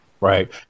Right